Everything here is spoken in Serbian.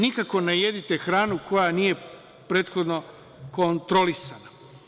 Nikako ne jedite hranu koja nije prethodno kontrolisana“